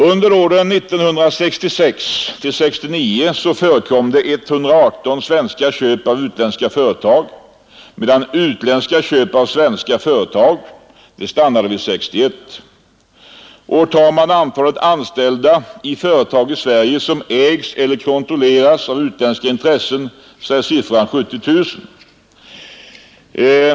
Under åren 1966—1969 förekom 118 svenska köp av utländska företag, medan utländska köp av svenska företag stannade vid 61. Siffran för antalet anställda i företag i Sverige som ägs eller kontrolleras av utländska intressen är ca 70 000.